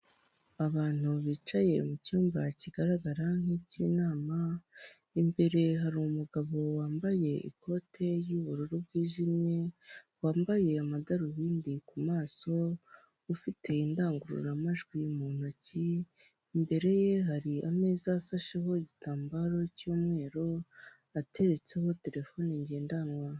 Umuhanda w'umukara harimo ibinyabiziga bitandukanye, harimo imodoka ifite ibara ry'umweru, indi modoka ifite ibara ry'ubururu n'umukara, yanditseho amagambo mu ibara ry'umutuku n'umweru, harimo kugenda amapikipiki ahetse abantu, asa umutuku n'umweru.